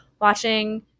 watching